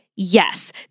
Yes